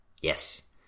Yes